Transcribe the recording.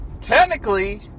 technically